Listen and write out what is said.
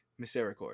Misericord